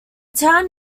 town